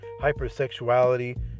hypersexuality